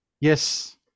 Yes